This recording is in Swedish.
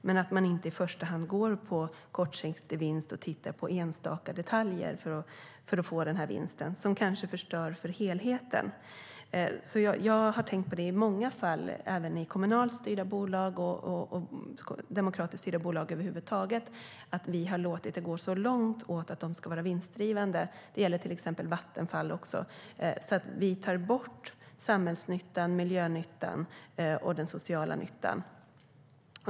Man ska inte i första hand gå på kortsiktig vinst och titta på enstaka detaljer för att få denna vinst, som kanske förstör för helheten. Jag har tänkt på detta i många fall även i kommunalt styrda bolag och i demokratiskt styrda bolag över huvud taget. Vi har låtit det gå så långt när det gäller att de ska vara vinstdrivande. Det gäller till exempel Vattenfall. Då tar vi bort samhällsnyttan, miljönyttan och den sociala nyttan.